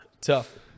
tough